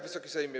Wysoki Sejmie!